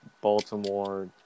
Baltimore